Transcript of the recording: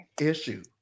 issue